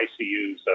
ICUs